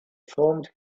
formed